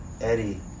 Eddie